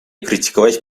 критиковать